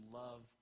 love